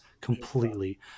completely